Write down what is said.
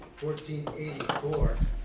1484